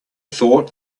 thought